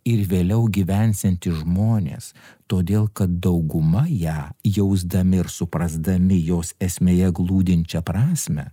ir vėliau gyvensiantys žmonės todėl kad dauguma ją jausdami ir suprasdami jos esmėje glūdinčią prasmę